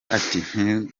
ati